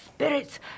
Spirits